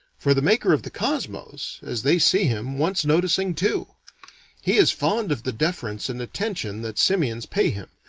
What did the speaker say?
for the maker of the cosmos, as they see him, wants noticing too he is fond of the deference and attention that simians pay him,